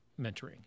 mentoring